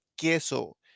queso